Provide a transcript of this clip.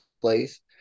place